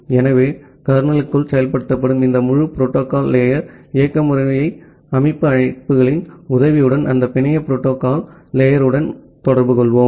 ஆகவே கர்னலுக்குள் செயல்படுத்தப்படும் இந்த முழு புரோட்டோகால் லேயர் இயக்க முறைமை அமைப்பு அழைப்புகளின் உதவியுடன் அந்த பிணைய புரோட்டோகால் லேயர் உடன் தொடர்புகொள்வோம்